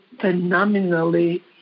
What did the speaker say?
phenomenally